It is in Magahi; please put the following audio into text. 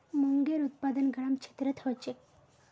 मूंगेर उत्पादन गरम क्षेत्रत ह छेक